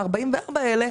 ה-44 האלה,